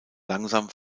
langsam